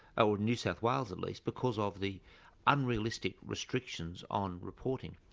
or new south wales at least, because of the unrealistic restrictions on reporting.